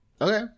okay